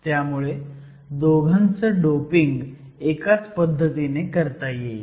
त्यामुळे दोघांचं डोपिंग एकाच पद्धतीने करता येईल